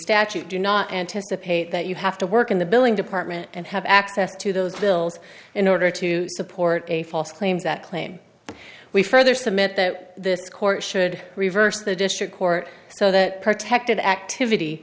statute do not anticipate that you have to work in the billing department and have access to those bills in order to support a false claims that claim we further submit that this court should reverse the district court so that protected activity